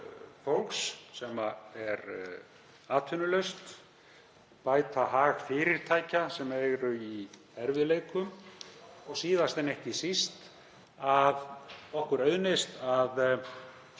fólks sem er atvinnulaust, bæta hag fyrirtækja sem eru í erfiðleikum og síðast en ekki síst að okkur auðnist að